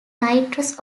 nitrous